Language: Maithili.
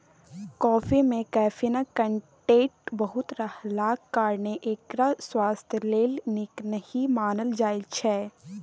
कॉफी मे कैफीनक कंटेंट बहुत रहलाक कारणेँ एकरा स्वास्थ्य लेल नीक नहि मानल जाइ छै